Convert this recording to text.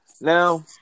Now